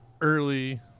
Early